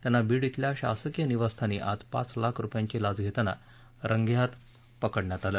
त्यांना बीड इथल्या शासकीय निवासस्थानी आज पाच लाख रुपयांची लाच घेताना रंगेहात पकडण्यात आलं